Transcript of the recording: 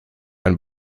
ein